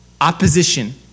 Opposition